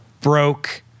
broke